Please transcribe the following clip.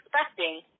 expecting